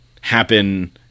happen